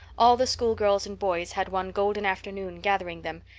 all the school girls and boys had one golden afternoon gathering them,